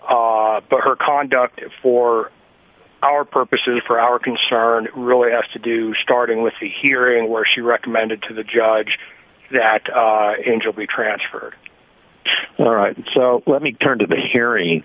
but her conduct of for our purposes for our concern really has to do starting with the hearing where she recommended to the judge that angel be transferred and so let me turn to the hearing